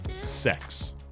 sex